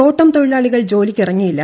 തോട്ടം തൊഴിലാളികൾ ജോലിക്കിറങ്ങിയില്ല